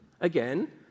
Again